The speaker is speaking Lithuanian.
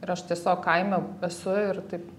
ir aš tiesiog kaime esu ir taip